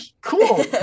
cool